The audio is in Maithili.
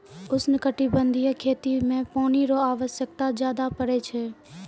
उष्णकटिबंधीय खेती मे पानी रो आवश्यकता ज्यादा पड़ै छै